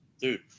Dude